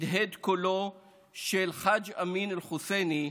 הדהד קולו של חאג' אמין אל-חוסייני,